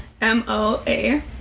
M-O-A